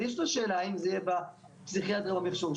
אני אשאל אותו שאלה האם זה יהיה בפסיכיאטריה או במחשוב,